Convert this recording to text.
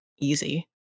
easy